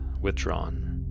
withdrawn